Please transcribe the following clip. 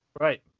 Right